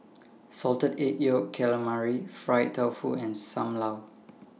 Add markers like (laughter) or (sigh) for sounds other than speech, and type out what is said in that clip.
(noise) Salted Egg Yolk Calamari Fried Tofu and SAM Lau (noise)